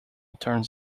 turns